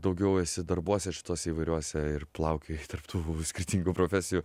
daugiau esi darbuose šituose įvairiuose ir plaukioji tarp tų skirtingų profesijų